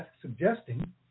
suggesting